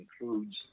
includes